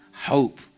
hope